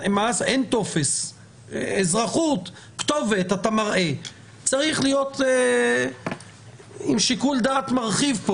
צריך להפעיל שיקול דעת מרחיב.